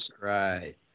Right